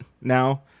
now